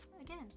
again